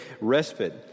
respite